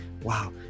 wow